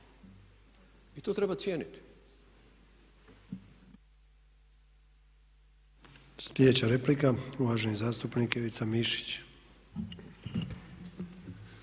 i to treba cijeniti.